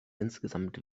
insgesamt